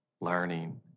learning